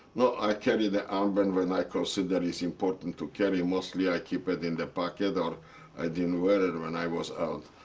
no, i carry the armband when i consider it's important to carry. mostly i keep it in the pocket or i didn't wear it when i was out.